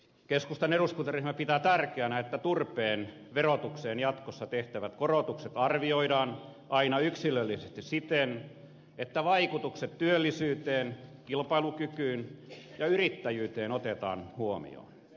keskustan eduskuntaryhmä pitää tärkeänä että turpeen verotukseen jatkossa tehtävät korotukset arvioidaan aina yksilöllisesti siten että vaikutukset työllisyyteen kilpailukykyyn ja yrittäjyyteen otetaan huomioon